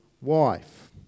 wife